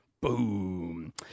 Boom